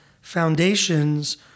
foundations